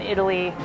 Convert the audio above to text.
Italy